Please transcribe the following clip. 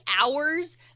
hours